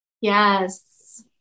Yes